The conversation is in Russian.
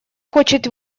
хочет